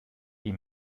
die